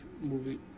movie